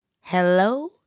Hello